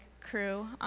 Crew